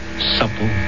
supple